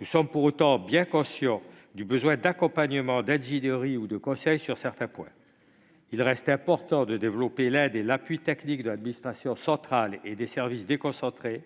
nous sommes bien conscients de leur besoin d'accompagnement, d'ingénierie ou de conseil dans certains domaines. Il reste important de développer l'aide et l'appui technique de l'administration centrale et des services déconcentrés